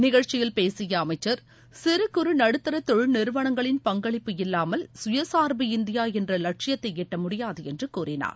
நிகழ்ச்சியில் பேசிய அமைச்சர் சிறு குறு நடுத்தர தொழில் நிறுவனங்களின் பங்களிப்பு இல்லாமல் சுயசார்பு இந்தியா என்ற இலட்சியத்தை எட்ட முடியாது என்று கூறினார்